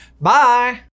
bye